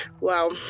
wow